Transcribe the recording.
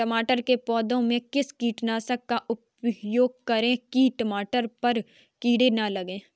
टमाटर के पौधे में किस कीटनाशक का उपयोग करें कि टमाटर पर कीड़े न लगें?